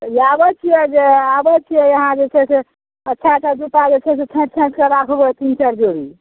आबै छिए जे आबै छिए अहाँ जे छै से अच्छा अच्छा जुत्ता जे छै से छाँटि छाँटिके राखबै तीन चारि जोड़ी